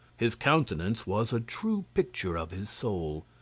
his countenance was a true picture of his soul.